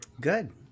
Good